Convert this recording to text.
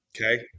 Okay